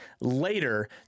later